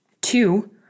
Two